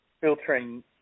filtering